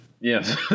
Yes